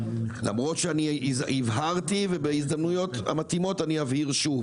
למרות שאני הבהרתי ובהזדמנויות המתאימות אני אבהיר שוב,